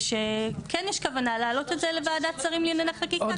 ושכן יש כוונה להעלות את זה לוועדת שרים לענייני חקיקה.